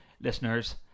listeners